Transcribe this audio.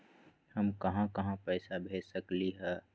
हम कहां कहां पैसा भेज सकली ह?